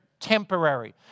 temporary